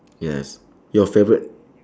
yes your favourite